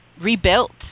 rebuilt